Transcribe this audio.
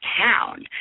town